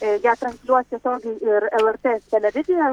e ją transliuos tiesiogiai ir lrt televizija